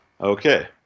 Okay